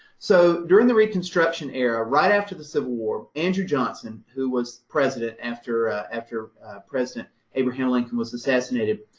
so during the reconstruction era, right after the civil war, andrew johnson, who was president after after president abraham lincoln was assassinated,